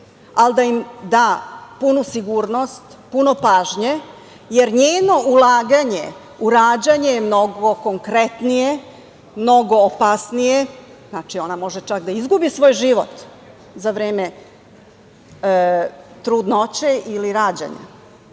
ali da im da punu sigurnost, puno pažnje, jer njeno ulaganje u rađanje je mnogo konkretnije, mnogo opasnije, ona čak može da izgubi svoj život za vreme trudnoće ili rađanja,